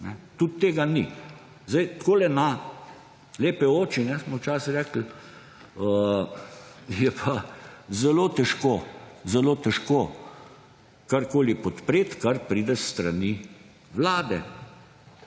Tudi tega ni. Zdaj, takole na, lepe oči, kajne, smo včasih rekli, je pa zelo težko, zelo težko karkoli podpret, kar pride s strani Vlade